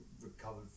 recovered